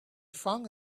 found